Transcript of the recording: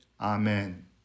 Amen